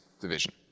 division